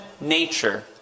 nature